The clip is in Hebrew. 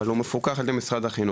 אבל הוא מפוקח על ידי משרד החינוך,